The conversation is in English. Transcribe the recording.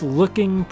looking